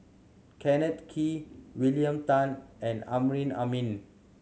Kenneth Kee William Tan and Amrin Amin